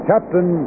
Captain